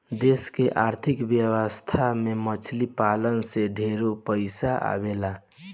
देश के अर्थ व्यवस्था में मछली पालन से ढेरे पइसा आवेला